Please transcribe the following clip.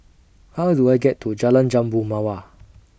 How Do I get to Jalan Jambu Mawar